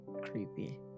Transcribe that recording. creepy